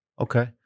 Okay